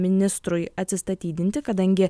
ministrui atsistatydinti kadangi